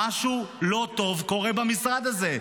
משהו לא טוב קורה במשרד הזה.